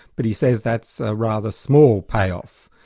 but he says that's a rather small payoff.